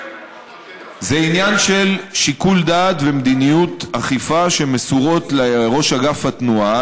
זה עניין של שיקול דעת ומדיניות אכיפה שמסורות לראש אגף התנועה,